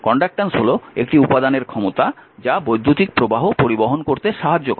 conductance হল একটি উপাদানের ক্ষমতা যা বৈদ্যুতিক প্রবাহ পরিবহন করতে সাহায্য করে